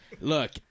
Look